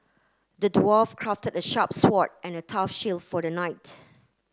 the dwarf crafted a sharp sword and a tough shield for the knight